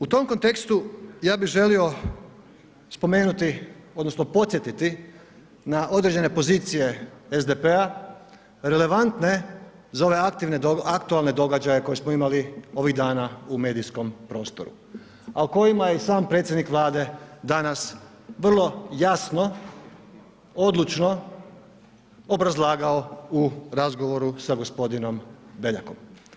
U tom kontekstu ja bih želio spomenuti odnosno podsjetiti na određene pozicije SDP-a, relevantne za ove aktualne događaje koje smo imali ovih dana u medijskom prostoru, a o kojima i sam predsjednik Vlade danas vrlo jasno, odlučno obrazlagao u razgovoru sa gospodinom Beljakom.